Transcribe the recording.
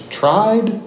tried